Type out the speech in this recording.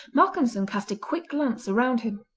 malcolmson cast a quick glance round him.